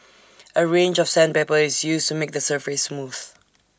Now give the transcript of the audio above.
A range of sandpaper is used to make the surface smooth